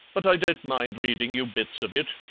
but i don't mind reading you bits of it.